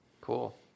Cool